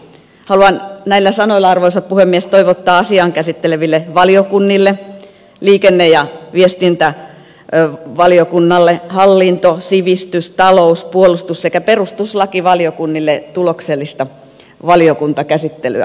haluan näillä sanoilla arvoisa puhemies toivottaa asiaa käsitteleville valiokunnille liikenne ja viestintävaliokunnalle hallinto sivistys talous puolustus sekä perustuslakivaliokunnalle tuloksellista valiokuntakäsittelyä